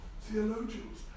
theologians